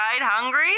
hungry